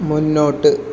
മുന്നോട്ട്